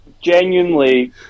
genuinely